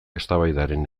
eztabaidaren